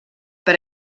per